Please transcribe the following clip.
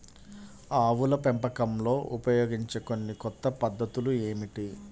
ఆవుల పెంపకంలో ఉపయోగించే కొన్ని కొత్త పద్ధతులు ఏమిటీ?